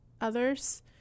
others